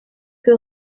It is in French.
que